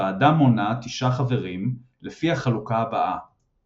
הוועדה מונה תשעה חברים, לפי החלוקה הבאה